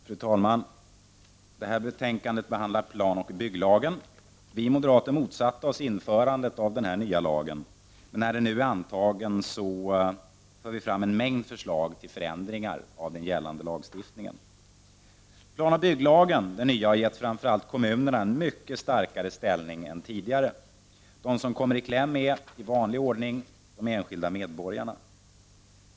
Fru talman! Detta betänkande behandlar planoch bygglagen. Vi moderater motsatte oss införandet av denna nya lag. När den nu är antagen, för vi fram en mängd förslag till förändringar av den gällande lagstiftningen. Planoch bygglagen har gett framför allt kommunerna en mycket starkare ställning än tidigare. De som kommer i kläm är, i vanlig ordning, de enskilda medborgarna.